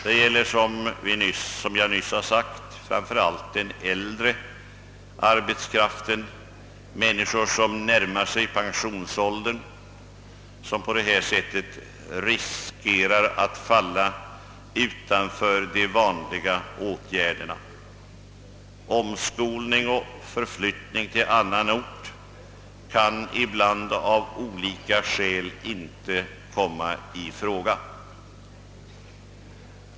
Det gäller, som jag nyss sade, framför allt den äldre arbetskraften, d.v.s, människor som närmar sig pensionsåldern, som på detta sätt riskerar att falla utanför de vanliga åtgärderna. Omskolning och förflyttning till annan ort kan ofta av olika skäl inte komma i fråga.